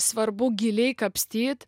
svarbu giliai kapstyt